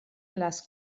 les